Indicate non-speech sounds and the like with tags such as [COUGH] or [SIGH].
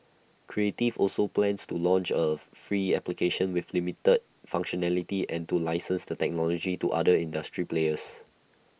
creative also plans to launch A [UNINTELLIGIBLE] free application with limited functionality and to license the technology to other industry players